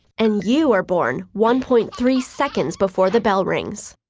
and you were born one point three seconds before the bell rings.